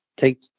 take